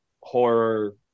horror